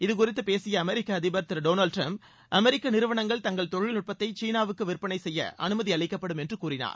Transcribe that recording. இதுகுறித்து பேசிய அமெரிக்க அதிபர் திரு டொனால்ட் ட்ரம்ப் அமெரிக்க நிறுவனங்கள் தங்கள் தொழில்நுட்பத்தை சீனாவுக்கு விற்பளை செய்ய அனுமதி அளிக்கப்படும் என்று கூறினார்